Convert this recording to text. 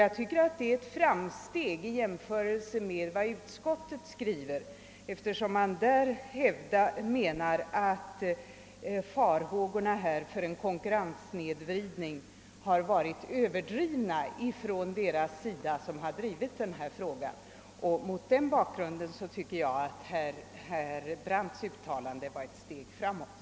Jag tycker att herr Brandts uttalande innebär ett framsteg i jämförelse med vad utskottet skrivit, eftersom utskottet menar att farhågorna för en konkurrenssnedvridning har överdrivits av dem som aktualiserat frågan.